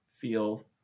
feel